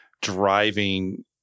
driving